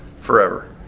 forever